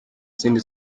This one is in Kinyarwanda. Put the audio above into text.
zindi